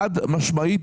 חד משמעית.